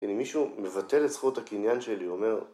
‫אם מישהו מבטל את זכות הקניין שלי, ‫אומר...